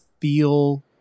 feel